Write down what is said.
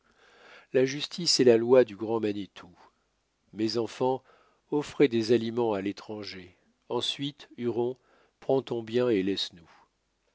la justice est la loi du grand manitou mes enfants offrez des aliments à l'étranger ensuite huron prends ton bien et laisse-nous